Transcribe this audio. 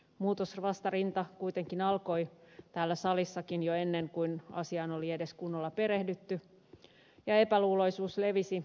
muutosvastarinta kuitenkin alkoi täällä salissakin jo ennen kuin asiaan oli edes kunnolla perehdytty ja epäluuloisuus levisi kulovalkean tavoin